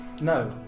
No